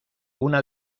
una